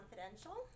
Confidential